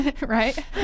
right